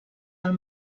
del